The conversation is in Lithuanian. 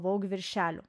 vogue viršelių